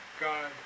God